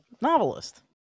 novelist